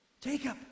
Jacob